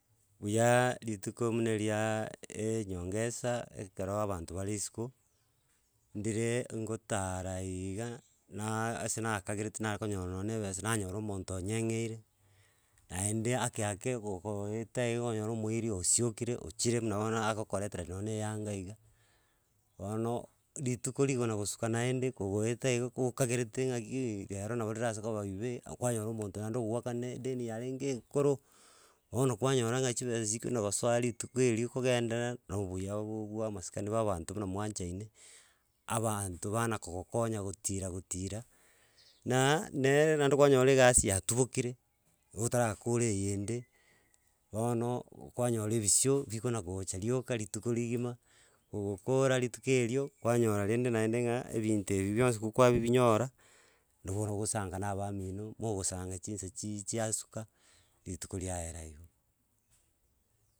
Buyaaa rituko muna riaaa enyogesa, ekero abanto bare isiko, ndire ngotara igaaaa na, ase nakagerete nare konyora nonye na ebesa nanyora omonto onyeng'eire, naende ake ake gogooeta iga onyore omoiri osiokire, ochire buna bono agokoretera nonye na eyanga iga, bono rituko rigona gosuka naende, kogoeta iga kokagerete ng'aki rero nabo rirase kobe bibe, kwanyora omonto naende ogoakana edeni yarenge enkoro, bono kwanyora ng'a chibesa chikona gosoa rituko erio kongederera na obuya obo bwa amasikani babanto muna moanchaine, abanto bana kogokonya gotira gotira naaa nere nende kwanyora egasi yatwokire, otarakora eyende, bono, kwanyora ebisio bikona gocha rioka rituko rigima, kogokora, rituko erio, kwanyora rende naende ng'a ebinto ebi bionsi ko kwabibinyora, nabo bono ogosanga na abamino, mogosanga chinsa chii chiasuka, rituko riaera igo.